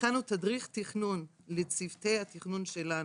הכנו תדריך תכנון לצוותי התכנון שלנו,